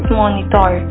monitor